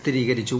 സ്ഥിരീകരിച്ചു